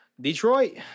Detroit